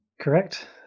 Correct